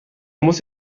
muss